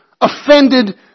offended